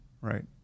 right